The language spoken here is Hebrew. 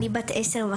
אני בת 10.5,